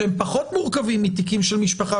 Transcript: שהם פחות מורכבים מתיקים של משפחה,